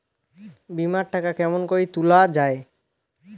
বিমা এর টাকা কেমন করি তুলা য়ায়?